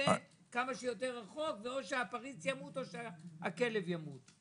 מהנושא כמה שיותר זמן ואו שהפריץ ימות או שהכלב ימות.